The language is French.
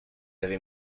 avez